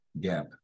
gap